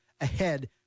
ahead